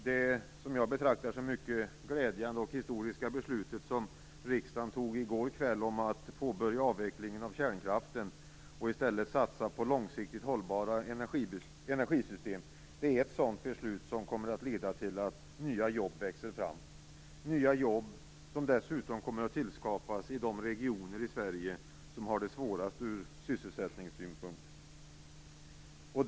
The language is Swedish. Det beslut som riksdagen fattade i går kväll om att påbörja avvecklingen av kärnkraften och i stället satsa på långsiktigt hållbara energisystem betraktar jag som historiskt och mycket glädjande. Det kommer att leda till att nya jobb växer fram - nya jobb som dessutom kommer att tillskapas i de regioner i Sverige som har det svårast ur sysselsättningssynpunkt.